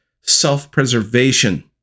self-preservation